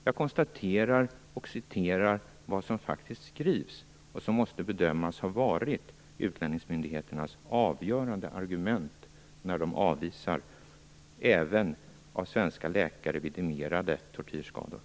Jag konstaterar och citerar vad som faktiskt skrivs och som måste bedömas ha varit utlänningsmyndigheternas avgörande argument när de avvisar även av svenska läkare vidimerade tortyrskadade.